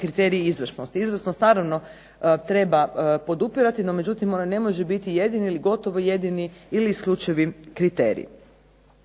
kriterij izvrsnosti. Izvrsnost naravno treba podupirati no međutim ona ne može biti jedini ili gotovo jedini ili isključivi kriterij.